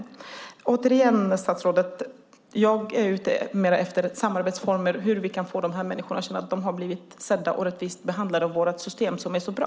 Jag är mer ute efter samarbetsformer, statsrådet, och hur vi kan få dessa människor att känna att de har blivit sedda och rättvist behandlade av vårt system, som är så bra.